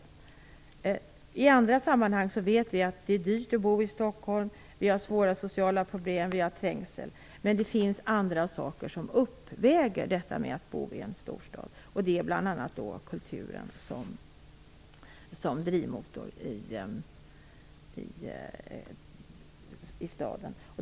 Från andra sammanhang vet vi att det är dyrt att bo i Stockholm, att vi har svåra sociala problem och att vi har trängsel. Men det finns saker som uppväger dessa nackdelar med att bo i en storstad. Det är bl.a. kulturen som drivmotor i staden.